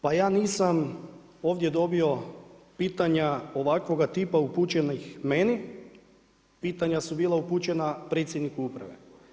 Pa ja nisam ovdje dobio pitanja ovakvoga tipa upućenih meni, pitanja su bila upućena predsjedniku uprave.